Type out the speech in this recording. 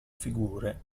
figure